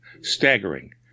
staggering